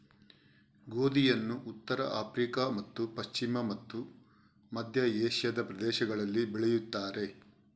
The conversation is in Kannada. ಗೋಧಿಯನ್ನು ಉತ್ತರ ಆಫ್ರಿಕಾ ಮತ್ತು ಪಶ್ಚಿಮ ಮತ್ತು ಮಧ್ಯ ಏಷ್ಯಾದ ಪ್ರದೇಶಗಳಲ್ಲಿ ಬೆಳೆಯುತ್ತಾರೆ